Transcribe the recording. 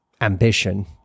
ambition